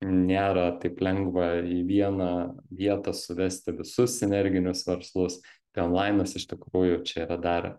nėra taip lengva į vieną vietą suvesti visus sinerginius verslus tai onlainas iš tikrųjų čia yra dar